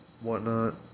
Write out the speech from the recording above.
whatnot